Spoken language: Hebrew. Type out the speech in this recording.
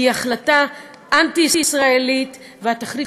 כי היא החלטה אנטי-ישראלית והתכלית